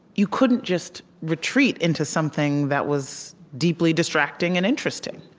you couldn't just retreat into something that was deeply distracting and interesting.